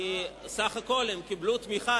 כי סך הכול הם קיבלו תמיכה,